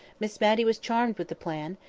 miss matty was charmed with the plan,